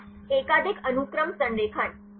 छात्र एकाधिक अनुक्रम संरेखण